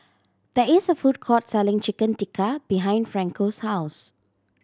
there is a food court selling Chicken Tikka behind Franco's house